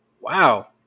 Wow